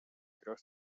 трёх